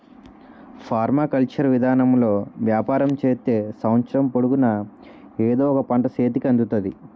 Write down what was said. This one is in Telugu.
పర్మాకల్చర్ విధానములో వ్యవసాయం చేత్తే సంవత్సరము పొడుగునా ఎదో ఒక పంట సేతికి అందుతాది